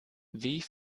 wie